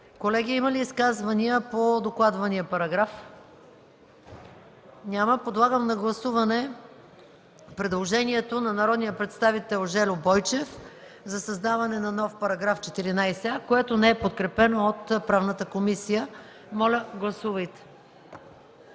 Колеги, има ли изказвания по докладвания параграф? Няма. Подлагам на гласуване предложението на народния представител Жельо Бойчев за създаване на нов § 14а, което не е подкрепено от Правната комисия. Гласували